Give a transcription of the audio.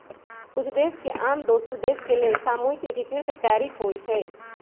कुछ देश के आन दोसर देश के लेल सामूहिक एकीकृत टैरिफ होइ छइ